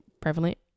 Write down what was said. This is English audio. prevalent